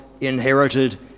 inherited